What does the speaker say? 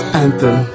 anthem